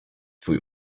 twój